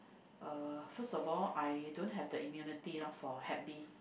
uh first of all I don't have the immunity lor for Hep B